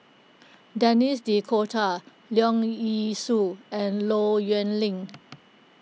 Denis D'Cotta Leong Yee Soo and Low Yen Ling